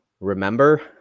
Remember